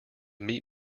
meet